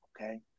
okay